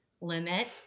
limit